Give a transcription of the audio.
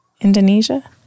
Indonesia